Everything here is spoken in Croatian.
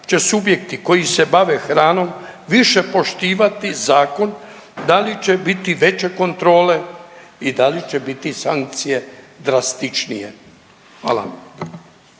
će subjekti koji se bave hranom više poštivati zakon? Da li će biti veće kontrole i da li će biti sankcije drastičnije? Hvala